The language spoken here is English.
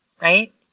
right